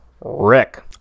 Rick